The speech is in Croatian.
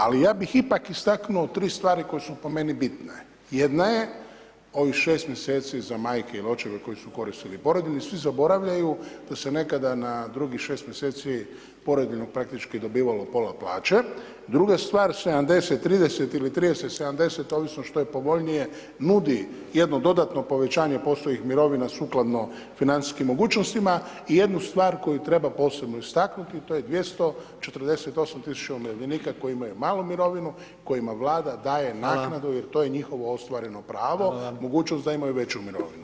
Ali ja bih istaknuo tri stvari koje su po meni bitne, jedna je ovih 6 mjeseci za majke il očeve koji su koristili porodiljni svi zaboravljaju da se nekada na drugih 6 mjeseci porodiljnog praktički dobivalo pola plaće, druga stvar 70 30 ili 30 70 ovisno što je povoljnije nudi jedno dodatno povećanje …/nerazumljivo/… mirovina sukladno financijskim mogućnostima i jednu stvar koju treba posebno istaknuti to je 248.000 umirovljenika koji imaju malu mirovinu kojima Vlada daje naknadu [[Upadica: Hvala.]] jer to je njihovo ostvareno pravo, mogućnost da imaju veću mirovinu.